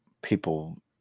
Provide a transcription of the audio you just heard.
people